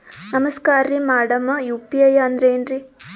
ನಮಸ್ಕಾರ್ರಿ madam UPI ಅಂದ್ರೆನ್ರಿ?